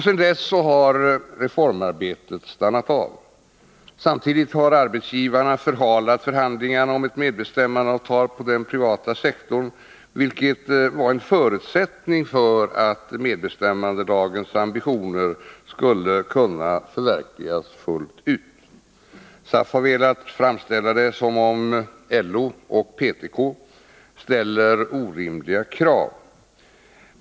Sedan dess har reformarbetet stannat av. Samtidigt har arbetsgivarna förhalat förhandlingarna om ett medbestämmandeavtal på den privata sektorn, vilket var en förutsättning för att medbestämmandelagens ambitioner skulle kunna förverkligas fullt ut. SAF har velat framställa det som om LO och PTK ställer orimliga krav.